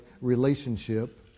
relationship